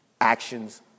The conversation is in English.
actions